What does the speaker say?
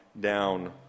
down